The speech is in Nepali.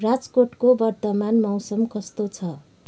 राजकोटको वर्तमान मौसम कस्तो छ